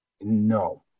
No